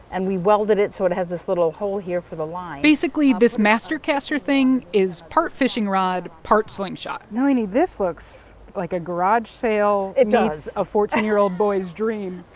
and we welded it so it has this little hole here for the line basically, this master caster thing is part fishing rod, part slingshot nalini, this looks like a garage sale. it does. meets a fourteen year old boy's dream.